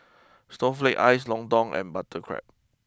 Snowflake Ice Lontong and Butter Prawn